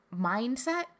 mindset